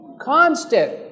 constant